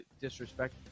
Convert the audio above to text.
disrespect